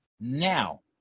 Now